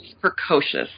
precocious